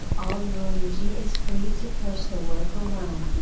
all your energy is free to push the work alone.